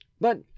But